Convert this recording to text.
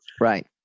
Right